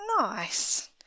Nice